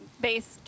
based